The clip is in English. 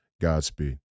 Godspeed